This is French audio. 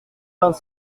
vingt